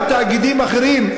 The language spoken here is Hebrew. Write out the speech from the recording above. גם תאגידים אחרים,